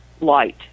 light